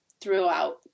throughout